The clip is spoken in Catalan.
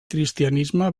cristianisme